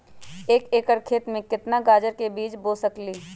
एक एकर खेत में केतना गाजर के बीज बो सकीं ले?